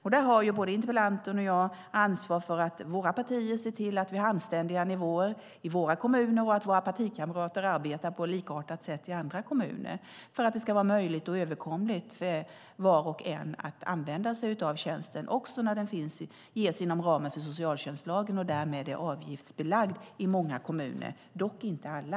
Här har både interpellanten och jag ansvar för att våra partier ser till att vi har anständiga nivåer i kommunerna och att våra partikamrater arbetar på likartat sätt i andra kommuner för att det ska vara möjligt och överkomligt för var och en att använda sig av tjänsten, också när den tillhandahålls inom ramen för socialtjänstlagen och därmed är avgiftsbelagd i många kommuner, dock inte alla.